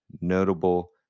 notable